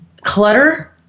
clutter